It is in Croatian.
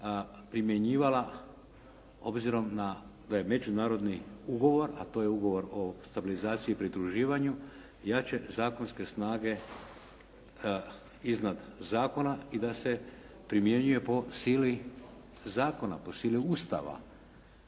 primjenjivala obzirom da je međunarodni ugovor a to je Ugovor o stabilizaciji i pridruživanju jače zakonske snage iznad zakona i da se primjenjuje po sili zakona, po sili Ustava